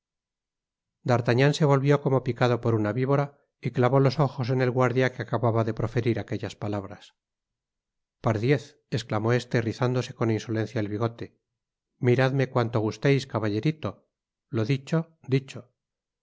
d'artagnan se volvió como picado por una vivora y c avó los ojos en el guardia que acababa de proferir aquellas palabras pardiez esclamó este rizándose con insolencia el bigote miradme cuanto gusteis caballerito lo dicho dicho